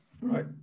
Right